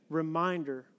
reminder